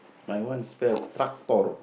my one spare a tractor